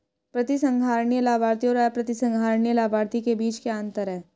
प्रतिसंहरणीय लाभार्थी और अप्रतिसंहरणीय लाभार्थी के बीच क्या अंतर है?